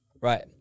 Right